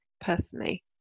personally